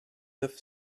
neuf